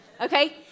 Okay